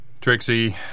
Trixie